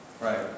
right